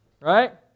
Right